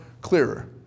clearer